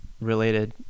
related